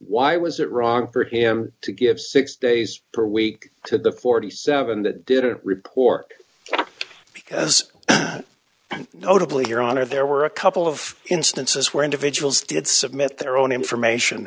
why was it wrong for him to give six days per week to the forty seven that didn't report because and notably your honor there were a couple of instances where individuals did submit their own information